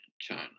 China